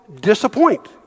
disappoint